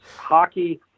Hockey